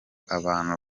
abantu